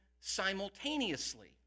simultaneously